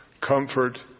comfort